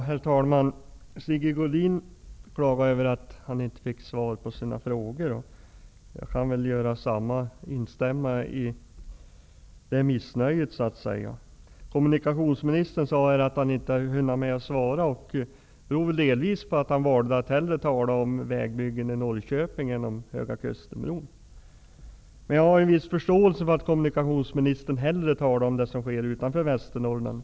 Herr talman! Sigge Godin klagar över att han inte fick svar på sina frågor. Jag kan instämma i det missnöjet. Kommuniktionsministern sade att han inte hunnit med att svara. Det beror delvis på att han valde att hellre tala om vägbyggen i Norrköping än om Höga kusten-bron. Jag har dock en viss förståelse för att kommunikationsministern hellre talar om det som sker utanför Västernorrland.